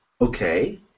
Okay